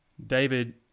David